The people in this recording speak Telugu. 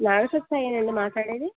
నార్ష సాయినా అండి మాట్లాడేది